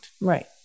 Right